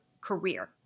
career